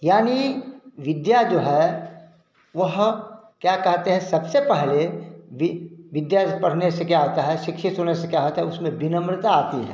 यानी विद्या जो है वह क्या कहते हैं सबसे पहले बि विद्या से पढ़ने से क्या होता है शिक्षित होने से क्या होता है उसमें विनम्रता आती है